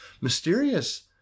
mysterious